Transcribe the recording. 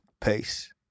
peace